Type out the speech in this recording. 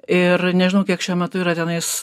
ir nežinau kiek šiuo metu yra tenais